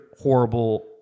horrible